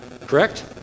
correct